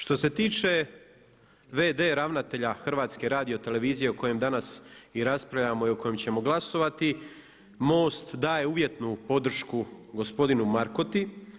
Što se tiče v.d. ravnatelja HRT-a o kojem danas i raspravljamo i o kojem ćemo glasovati MOST daje uvjetnu podršku gospodinu Markoti.